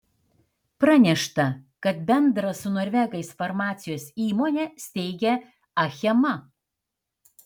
pranešta kad bendrą su norvegais farmacijos įmonę steigia achema